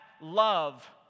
love